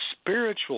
spiritual